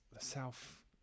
South